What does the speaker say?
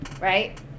right